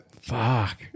Fuck